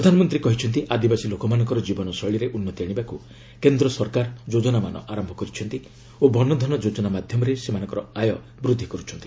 ପ୍ରଧାନମନ୍ତ୍ରୀ କହିଛନ୍ତି ଆଦିବାସୀ ଲୋକମାନଙ୍କର ଜୀବନ ଶୈଳୀରେ ଉନ୍ନତି ଆଶିବାକୁ କେନ୍ଦ୍ର ସରକାର ଯୋଜନାମାନ ଆରମ୍ଭ କରିଛନ୍ତି ଓ ବନଧନ ଯୋଜନା ମାଧ୍ୟମରେ ସେମାନଙ୍କର ଆୟ ବୃଦ୍ଧି କରୁଛନ୍ତି